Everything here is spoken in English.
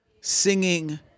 singing